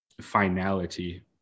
finality